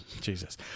Jesus